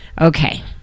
Okay